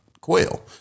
quail